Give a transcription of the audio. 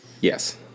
Yes